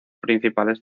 principales